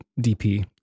DP